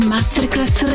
Masterclass